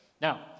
Now